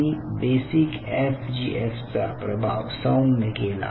तुम्ही बेसिक एफजीएफचा प्रभाव सौम्य केला